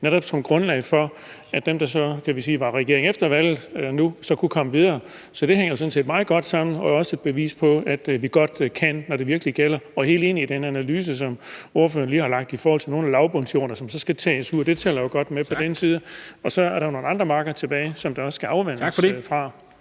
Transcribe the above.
netop som grundlag for, at dem, der dannede regering efter valget, kunne komme videre. Så det hænger sådan set meget godt sammen, og det er også et bevis på, at vi godt kan, når det virkelig gælder. Jeg er helt enig i den analyse, som ordføreren lige har talt om, nemlig at nogle af lavbundsjordene skal tages ud, for det tæller godt med på den side. Og så er der så nogle andre marker tilbage, som også skal afvandes.